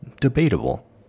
Debatable